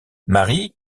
marie